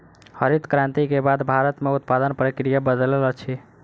हरित क्रांति के बाद भारत में उत्पादन प्रक्रिया बदलल अछि